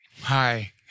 Hi